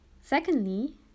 Secondly